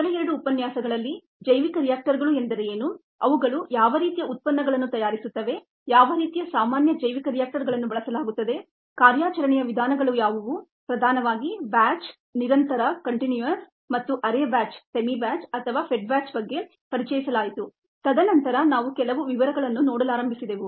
ಮೊದಲ ಎರಡು ಉಪನ್ಯಾಸಗಳಲ್ಲಿ ಜೈವಿಕ ರಿಯಾಕ್ಟರ್ಗಳು ಎಂದರೆ ಏನು ಅವುಗಳು ಯಾವ ರೀತಿಯ ಉತ್ಪನ್ನಗಳನ್ನು ತಯಾರಿಸುತ್ತವೆ ಯಾವ ರೀತಿಯ ಸಾಮಾನ್ಯ ಜೈವಿಕ ರಿಯಾಕ್ಟರ್ಗಳನ್ನು ಬಳಸಲಾಗುತ್ತದೆ ಕಾರ್ಯಾಚರಣೆಯ ವಿಧಾನಗಳು ಯಾವುವು ಪ್ರಧಾನವಾಗಿ ಬ್ಯಾಚ್ ನಿರಂತರ ಮತ್ತು ಅರೆ ಬ್ಯಾಚ್ಅಥವಾ ಫೆಡ್ ಬ್ಯಾಚ್ ಬಗ್ಗೆ ಪರಿಚಯಿಸಲಾಯಿತುತದನಂತರ ನಾವು ಕೆಲವು ವಿವರಗಳನ್ನು ನೋಡಲಾರಂಭಿಸಿದೆವು